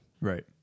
Right